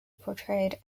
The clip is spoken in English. portrayed